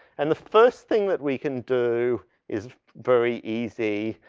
and the first thing that we can do is v-very easy.